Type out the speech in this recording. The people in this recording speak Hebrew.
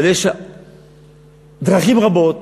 אבל יש דרכים רבות